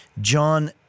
John